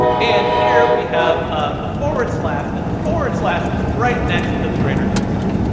and here we have ah the forward slash and the forward slash is right next to the greater than sign.